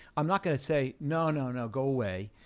i'm not gonna say no, no, no, go away.